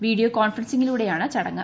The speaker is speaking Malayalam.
വീഡിയോ കോൺഫറൻസിംഗിലൂടെയാണ് ചടങ്ങ്